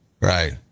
right